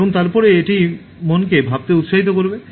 এবং তারপরে এটি মনকে ভাবতে উত্সাহিত করবে